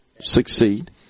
succeed